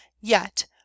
Yet